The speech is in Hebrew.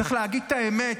צריך להגיד את האמת,